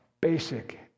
basic